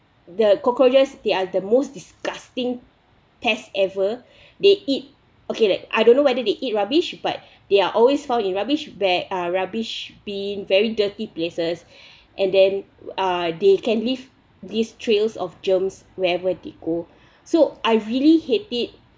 the cockroaches they are the most disgusting pests ever they eat okay leh I don't know whether they eat rubbish but there are always found in rubbish bag uh rubbish bin very dirty places and then uh they can leave these trails of germs wherever they go so I really hate it